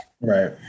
Right